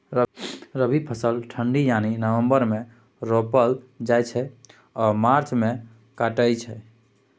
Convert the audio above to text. रबी फसल ठंढा यानी नवंबर मे रोपल जाइ छै आ मार्च मे कटाई छै